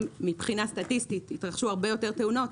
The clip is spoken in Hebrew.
מבחינה סטטיסטית התרחשו הרבה יותר תאונות,